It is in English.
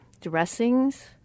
dressings